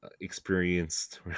experienced